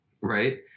right